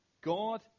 God